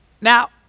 Now